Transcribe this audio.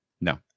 No